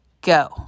Go